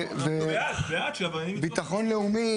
וביטחון לאומי,